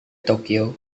tokyo